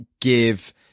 give